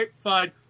fine